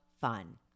fun